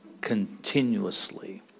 continuously